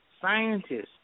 scientists